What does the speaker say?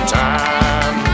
time